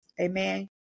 amen